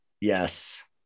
yes